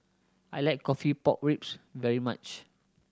I like coffee pork ribs very much